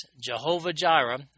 Jehovah-Jireh